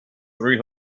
three